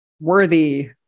worthy